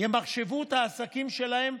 ימחשבו את העסקים שלהם.